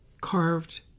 carved